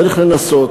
צריך לנסות,